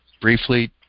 briefly